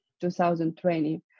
2020